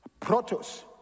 Protos